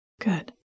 Good